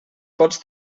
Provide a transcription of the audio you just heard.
pots